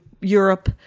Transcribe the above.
Europe